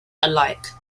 alike